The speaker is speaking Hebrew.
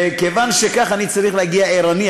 וכיוון שכך אני צריך להגיע ערני.